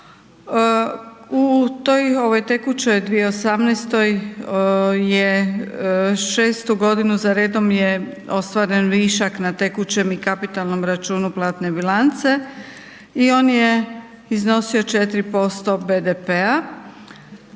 ovoj tekućoj, 2018.-oj je šestu godinu zaredom je ostvaren višak na tekućem i kapitalnom računu platne bilance, i on je iznosio 4% BDP-a,